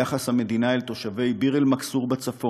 היה אך ראוי שיחס המדינה אל תושבי ביר-אל-מכסור בצפון,